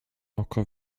oko